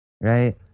right